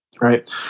Right